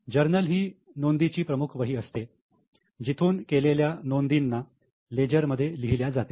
जर्नलही नोंदीची प्रमुख वही असते जिथून केलेल्या नोंदींना लेजर मध्ये लिहिल्या जाते